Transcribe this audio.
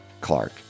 Clark